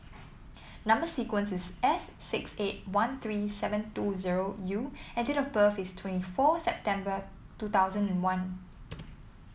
number sequence is S six eight one three seven two zero U and date of birth is twenty four September two thousand and one